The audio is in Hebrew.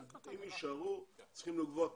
אם יישארו צריכים לקבוע קריטריונים,